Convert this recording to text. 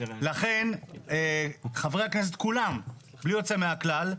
לכן חברי הכנסת כולם, בלי יוצא מן הכלל,